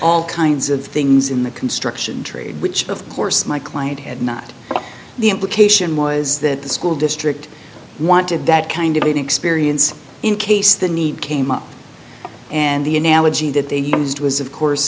all kinds of things in the construction trade which of course my client had not the implication was that the school district wanted that kind of experience in case the need came up and the analogy that they used was of